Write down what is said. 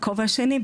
בכובע שני,